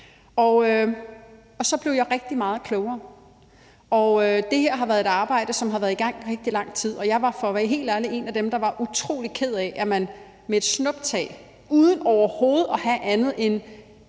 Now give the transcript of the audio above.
Så blev jeg rigtig meget klogere. Det her er et arbejde, som har været i gang i rigtig lang tid, og jeg var for at være helt ærlig en af dem, som var utrolig ked af, at man med et snuptag uden overhovedet at have andet end